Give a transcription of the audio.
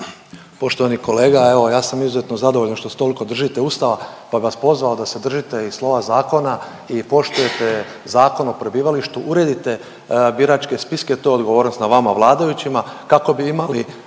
Poštovani kolega, evo ja sam izuzetno zadovoljan što se tolko držite Ustava, pa bi vas pozvao da se držite i slova zakona i poštujete Zakon o prebivalištu, uredite biračke spiske to je odgovornost na vama vladajućima kako bi imali